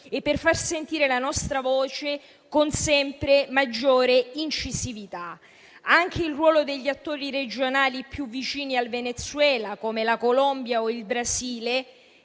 e per far sentire la nostra voce con sempre maggiore incisività. Anche il ruolo degli attori regionali più vicini al Venezuela, come la Colombia o il Brasile,